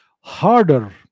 harder